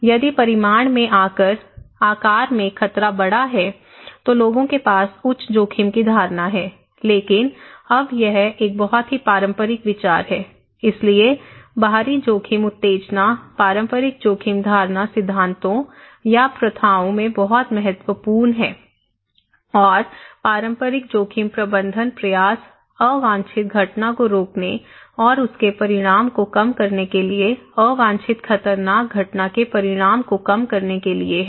यदि परिमाण में आकार में खतरा बड़ा है तो लोगों के पास उच्च जोखिम की धारणा है लेकिन अब यह एक बहुत ही पारंपरिक विचार है इसलिए बाहरी जोखिम उत्तेजना पारंपरिक जोखिम धारणा सिद्धांतों या प्रथाओं में बहुत महत्वपूर्ण है और पारंपरिक जोखिम प्रबंधन प्रयास अवांछित घटना को रोकने और उसके परिणाम को कम करने के लिए अवांछित खतरनाक घटना के परिणाम को कम करने के लिए है